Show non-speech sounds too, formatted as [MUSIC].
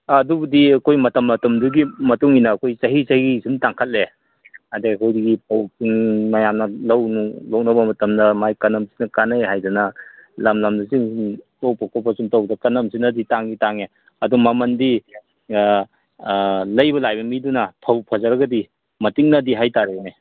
ꯑꯗꯨꯕꯨꯗꯤ ꯑꯩꯈꯣꯏ ꯃꯇꯝ ꯃꯇꯝꯗꯨꯒꯤ ꯃꯇꯨꯡꯏꯟꯅ ꯑꯩꯈꯣꯏ ꯆꯍꯤ ꯆꯍꯤꯒꯤ ꯁꯨꯝ ꯇꯥꯡꯈꯠꯂꯦ ꯑꯗꯒꯤ ꯑꯩꯈꯣꯏꯒꯤ ꯐꯧꯁꯤꯡ ꯃꯌꯥꯝꯅ ꯂꯧꯅꯨꯡ ꯂꯣꯛꯅꯕ ꯃꯇꯝꯗ ꯃꯥꯏ ꯀꯅꯝꯁꯤꯅ ꯀꯥꯅꯩ ꯍꯥꯏꯗꯅ ꯂꯝ ꯂꯝ [UNINTELLIGIBLE] ꯀꯅꯝꯁꯤꯅꯗꯤ ꯇꯥꯡꯗꯤ ꯇꯥꯡꯉꯦ ꯑꯗꯣ ꯃꯃꯟꯗꯤ ꯂꯩꯕ ꯂꯥꯛꯏꯕ ꯃꯤꯗꯨꯅ ꯐꯕꯨ ꯐꯖꯔꯒꯗꯤ ꯃꯟꯇꯤꯛꯅꯗꯦ ꯍꯥꯏꯇꯥꯔꯦꯅꯦ